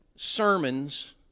Sermons